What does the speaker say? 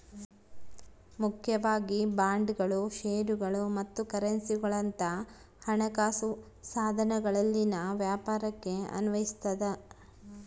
ಮುಖ್ಯವಾಗಿ ಬಾಂಡ್ಗಳು ಷೇರುಗಳು ಮತ್ತು ಕರೆನ್ಸಿಗುಳಂತ ಹಣಕಾಸು ಸಾಧನಗಳಲ್ಲಿನ ವ್ಯಾಪಾರಕ್ಕೆ ಅನ್ವಯಿಸತದ